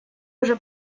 уже